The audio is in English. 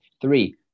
three